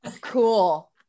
cool